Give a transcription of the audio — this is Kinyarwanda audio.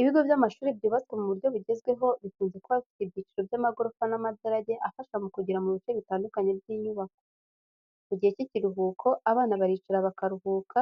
Ibigo by'amashuri byubatswe mu buryo bugezweho bikunze kuba bifite ibyiciro by'amagorofa n'amadarage, afasha mu kugera mu bice bitandukanye by'inyubako. Mu gihe cy'ikiruhuko, abana baricara bakaruhuka,